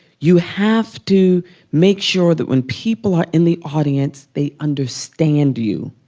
you have to make sure that when people are in the audience they understand you.